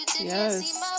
Yes